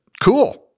Cool